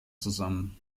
zusammen